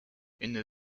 une